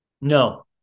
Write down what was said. No